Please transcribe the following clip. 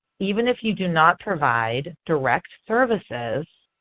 even if you do not provide direct services.